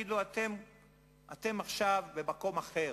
יגידו: אתם עכשיו במקום אחר.